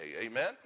Amen